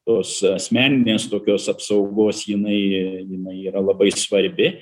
tos asmeninės tokios apsaugos jinai jinai yra labai svarbi